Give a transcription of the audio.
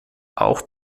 auch